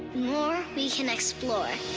more, we can explore